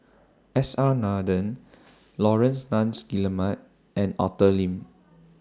S R Nathan Laurence Nunns Guillemard and Arthur Lim